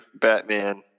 Batman